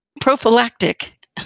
prophylactic